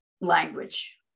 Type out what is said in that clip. language